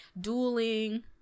dueling